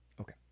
Okay